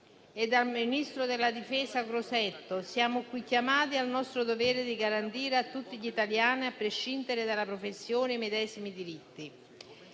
e dal ministro della difesa Crosetto, siamo qui chiamati al nostro dovere di garantire a tutti gli italiani, a prescindere dalla professione, i medesimi diritti.